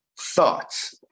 Thoughts